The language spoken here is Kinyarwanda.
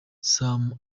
sam